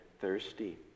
thirsty